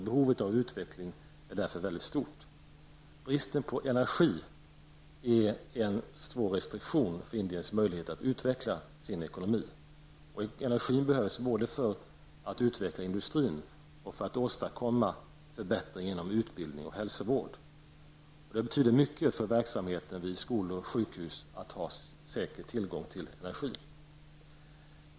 Behovet av utveckling är därför mycket stort. Bristen på energi är en svår restriktion för Indiens möjligheter att utveckla sin ekonomi. Energin behövs både för att utveckla industrin och för att åstadkomma förbättringar av utbildning och hälsovård. Det betyder mycket för verksamheten vid skolor och sjukhus att ha säker tillgång till energi.